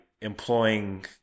employing